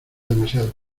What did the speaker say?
demasiado